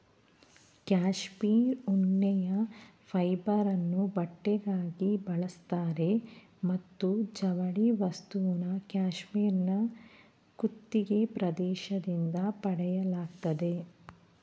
cashmere ಉಣ್ಣೆಯ ಫೈಬರನ್ನು ಬಟ್ಟೆಗಾಗಿ ಬಳಸ್ತಾರೆ ಮತ್ತು ಜವಳಿ ವಸ್ತುನ ಕ್ಯಾಶ್ಮೀರ್ನ ಕುತ್ತಿಗೆ ಪ್ರದೇಶದಿಂದ ಪಡೆಯಲಾಗ್ತದೆ